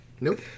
Nope